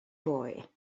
boy